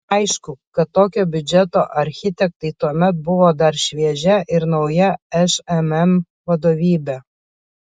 aišku kad tokio biudžeto architektai tuomet buvo dar šviežia ir nauja šmm vadovybė